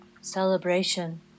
Celebration